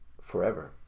forever